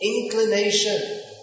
inclination